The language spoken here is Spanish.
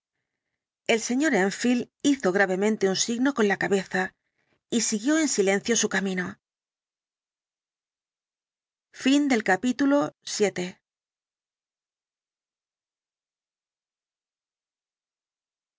el sr enfield hizo gravemente un signo con la cabeza y siguió en silencio su camino